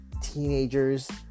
teenagers